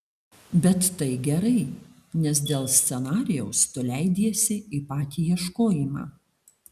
bet tai gerai nes dėl scenarijaus tu leidiesi į patį ieškojimą